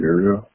Area